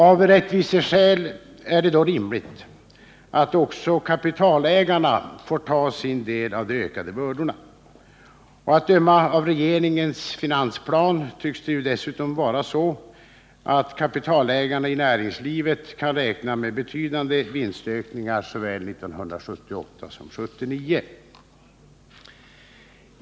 Av rättviseskäl är det då rimligt att också kapitalägarna får ta sin del av de ökade bördorna. Att döma av regeringens finansplan tycks det ju dessutom vara så, att kapitalägarna i näringslivet kan räkna med betydande vinstökningar såväl 1978 som 1979.